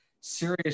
serious